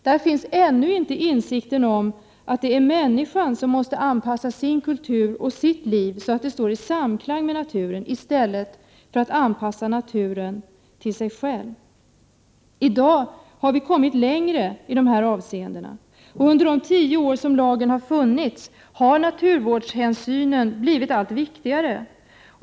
Där finns ännu inte insikten om att det är människan som måste anpassa sin kultur och sitt liv så att de står i samklang med naturen i stället för att människan anpassar naturen till sig själv. I dag har vi kommit längre i dessa avseenden. Och under de tio år som lagen har funnits har naturvårdshänsynen blivit allt viktigare.